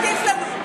אל תטיף לנו.